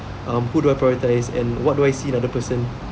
um who do I prioritise and what do I see in another person